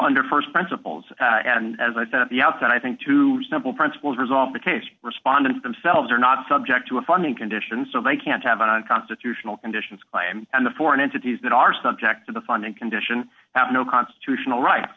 under st principles and as i said at the outset i think two simple principles resolve the case respondents themselves are not subject to a funding conditions so they can't have an unconstitutional conditions and the foreign entities that are subject to the funding condition have no constitutional right